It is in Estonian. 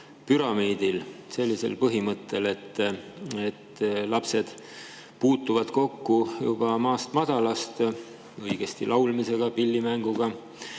püramiidil, sellisel põhimõttel, et lapsed puutuvad kokku juba maast madalast õigesti laulmisega, pillimänguga.